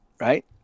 right